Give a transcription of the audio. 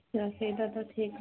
ସେଇଟା ତ ଠିକ୍ କଥା